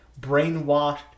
brainwashed